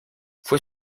fue